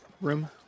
room